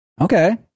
Okay